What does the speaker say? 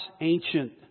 ancient